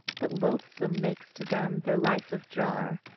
but loathsome makes to them their life of jar.